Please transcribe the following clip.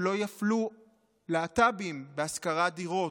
שלא יפלו להט"בים בהשכרת דירות?